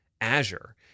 Azure